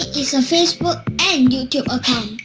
is a facebook and youtube account.